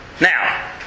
Now